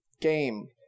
game